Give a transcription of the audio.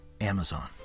Amazon